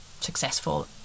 successful